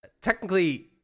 technically